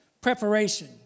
Preparation